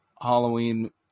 Halloween